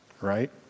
right